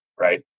right